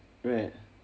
correct